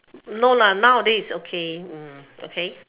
no nowadays it's okay okay mm okay